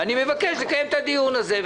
ואני מבקש לקיים את הדיון הזה.